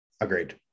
agreed